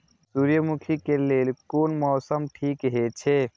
सूर्यमुखी के लेल कोन मौसम ठीक हे छे?